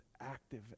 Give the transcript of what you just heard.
active